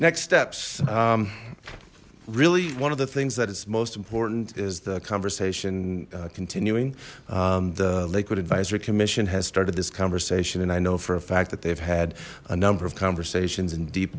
next steps really one of the things that it's most important is the conversation continuing the lakewood advisory commission has started this conversation and i know for a fact that they've had a number of conversations and deep